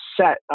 set